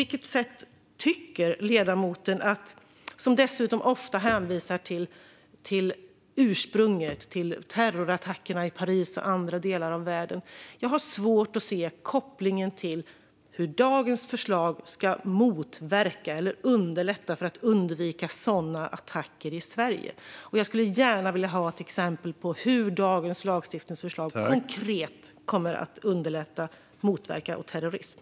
Ledamoten hänvisar ofta till ursprunget, terrorattackerna i Paris och i andra delar av världen. Jag har svårt att se kopplingen till hur dagens förslag ska motverka eller underlätta att undvika sådana attacker i Sverige. Jag skulle gärna vilja ha ett exempel på hur dagens förslag till lagstiftning konkret kommer att underlätta för att motverka terrorism.